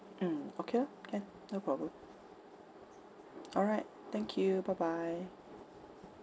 mm okay lor can no problem all right thank you bye bye